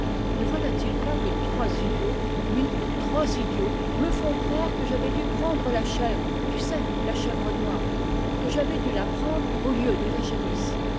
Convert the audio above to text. ne voilà-t-il pas que trois idiots oui trois idiots me font croire que j'avais dû prendre la chèvre tu sais la chèvre noire que j'avais dû la prendre au lieu de la génisse